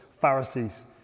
Pharisees